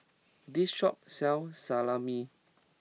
this shop sells Salami